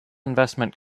investment